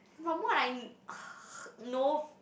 from what I know